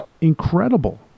incredible